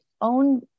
own